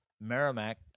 Merrimack